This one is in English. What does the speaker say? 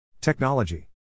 Technology